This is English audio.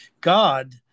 God